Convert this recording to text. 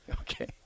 Okay